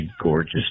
gorgeous